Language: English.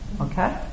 okay